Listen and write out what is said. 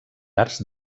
arts